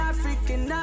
African